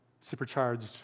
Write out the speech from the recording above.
supercharged